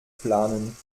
planen